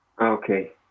Okay